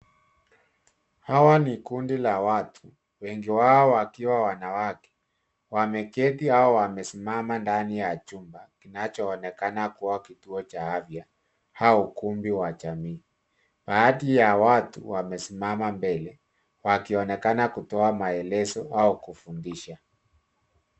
Hawa ni kundi la watu wengi wao wakiwa wanawake. Wameketi au wamesimama ndani ya chumba kinachoonekana kuwa kituo cha afya au ukumbi wa jamii. Baadhi ya watu wamesimama mbele wakionekana kutoa maelezo au kufundisha.